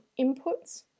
inputs